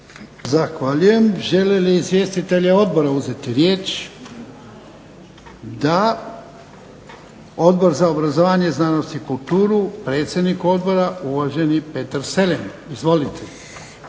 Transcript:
Zahvaljujem. Žele li izvjestitelji odbora uzeti riječ? Da. Odbor za obrazovanje, znanost i kulturu predsjednik odbora uvaženi Petar Selem. Izvolite.